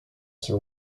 sir